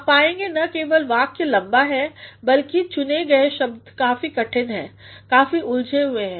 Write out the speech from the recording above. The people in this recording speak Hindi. आप पाएंगे न केवल वाक्य लम्बा है बल्कि चुने गए शब्द काफी कठिन काफी उलझे हुए हैं